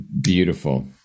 Beautiful